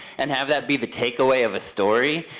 and have that be the takeaway of a story,